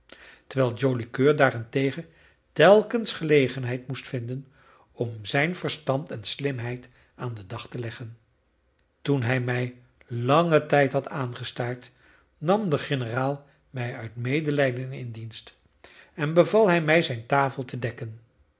terwijl joli coeur daarentegen telkens gelegenheid moest vinden om zijn verstand en slimheid aan den dag te leggen toen hij mij langen tijd had aangestaard nam de generaal mij uit medelijden in dienst en beval hij mij zijn tafel te dekken